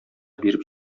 биреп